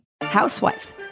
Housewives